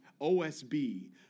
OSB